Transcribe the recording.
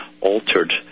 altered